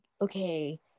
okay